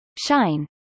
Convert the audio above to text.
Shine